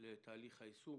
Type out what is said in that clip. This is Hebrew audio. לתהליך היישום.